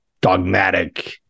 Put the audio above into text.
dogmatic